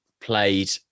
played